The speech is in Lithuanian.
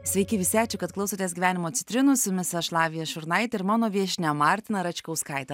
sveiki visi ačiū kad klausotės gyvenimo citrinų su jumis aš lavija šurnaitė ir mano viešnia martina račkauskaitė